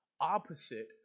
opposite